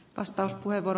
arvoisa puhemies